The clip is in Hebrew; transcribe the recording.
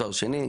תואר שני,